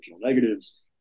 negatives